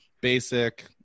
basic